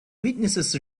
witnesses